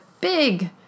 big